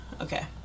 okay